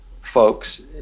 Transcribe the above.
folks